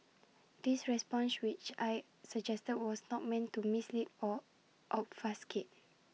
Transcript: this response which I suggested was not meant to mislead or obfuscate